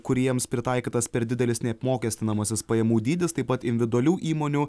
kuriems pritaikytas per didelis neapmokestinamasis pajamų dydis taip pat individualių įmonių